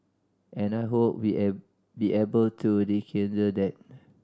and I hope we'll be able to rekindle that